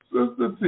Sister